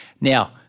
Now